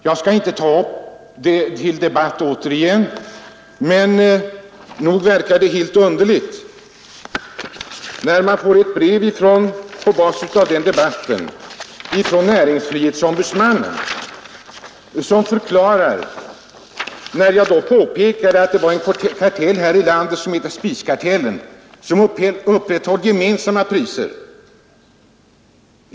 Jag skall inte nu ta upp den debatten igen men vill ändå säga att jag då erinrade om att det finns en kartell med egen ombudsman, elspiskartellen, som upprätthåller gemensamma priser.